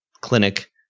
clinic